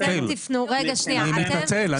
אני מתנצל.